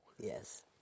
Yes